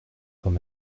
quand